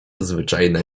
zwyczajne